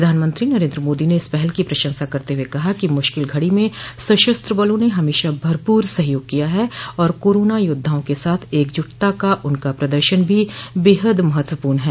प्रधानमंत्री नरेन्द्र मोदी ने इस पहल की प्रशंसा करते हुए कहा है कि मुश्किल घड़ी में सशस्त्र बलों ने हमेशा भरपूर सहयोग किया है और कोरोना योद्धाओं के साथ एकजुटता का उनका प्रदर्शन भी बेहद महत्वपूर्ण है